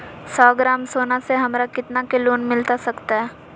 सौ ग्राम सोना से हमरा कितना के लोन मिलता सकतैय?